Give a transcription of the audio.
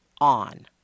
on